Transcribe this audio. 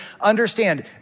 Understand